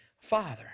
father